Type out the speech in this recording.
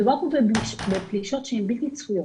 מדובר פה בפלישות שהן בלתי צפויות.